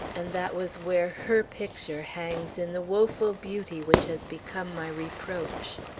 and that was where her picture hangs in the woeful beauty which has become my reproach.